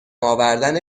آوردن